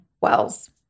Wells